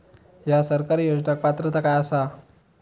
हया सरकारी योजनाक पात्रता काय आसा?